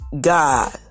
God